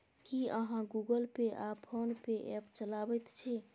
की अहाँ गुगल पे आ फोन पे ऐप चलाबैत छी?